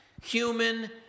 human